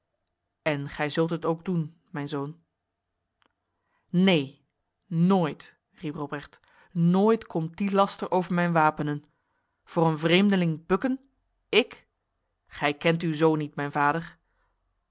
en gij zult het ook doen mijn zoon neen nooit riep robrecht nooit komt die laster over mijn wapenen voor een vreemdeling bukken ik gij kent uw zoon niet mijn vader